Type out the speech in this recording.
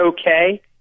okay